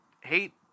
hate